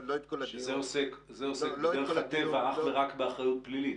זה עוסק בדרך הטבע אך ורק באחריות פלילית.